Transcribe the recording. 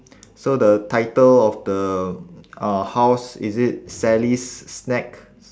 so the title of the uh house is it sally's snacks